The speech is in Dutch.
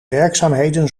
werkzaamheden